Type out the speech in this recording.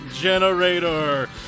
Generator